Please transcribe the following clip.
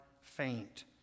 faint